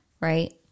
right